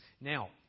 Now